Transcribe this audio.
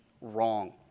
wrong